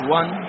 one